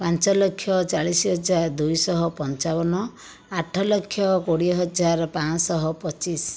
ପାଞ୍ଚଲକ୍ଷ ଚାଳିଶହଜାର ଦୁଇଶହ ପଞ୍ଚାବନ ଆଠଲକ୍ଷ କୋଡ଼ିଏହଜାର ପାଞ୍ଚଶହ ପଚିଶ